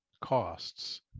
costs